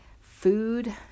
Food